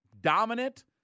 dominant